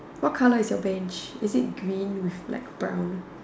what colour is your bench is it green with like brown